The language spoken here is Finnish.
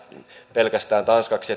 pelkästään tanskaksi